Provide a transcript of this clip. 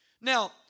Now